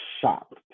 shocked